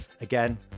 again